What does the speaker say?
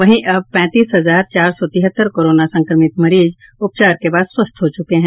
वहीं अब तक पैंतीस हजार चार सौ तिहत्तर कोरोना संक्रमित मरीज उपचार के बाद स्वस्थ हो चुके हैं